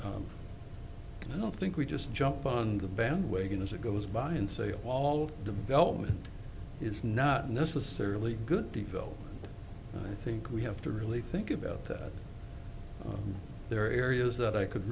i don't think we just jump on the bandwagon as it goes by and say all development is not necessarily good divo i think we have to really think about that there are areas that i could